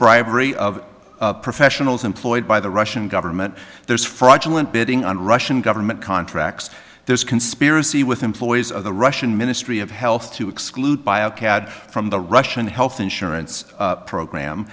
bribery of professionals employed by the russian government there's fraudulent bidding on russian government contracts there's a conspiracy with employees of the russian ministry of health to exclude bio cad from the russian health insurance program